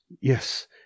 Yes